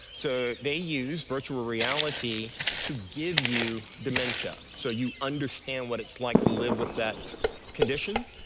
so they use virtual reality to give you dementia, so you understand what it's like to live with that condition,